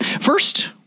First